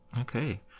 Okay